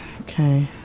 okay